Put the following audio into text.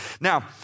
Now